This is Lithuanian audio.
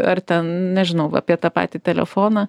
ar ten nežinau apie tą patį telefoną